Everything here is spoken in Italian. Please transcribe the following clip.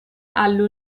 alla